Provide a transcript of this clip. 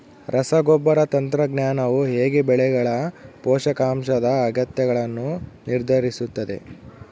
ರಸಗೊಬ್ಬರ ತಂತ್ರಜ್ಞಾನವು ಹೇಗೆ ಬೆಳೆಗಳ ಪೋಷಕಾಂಶದ ಅಗತ್ಯಗಳನ್ನು ನಿರ್ಧರಿಸುತ್ತದೆ?